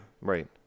Right